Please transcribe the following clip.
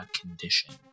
Condition